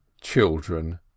children